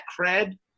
cred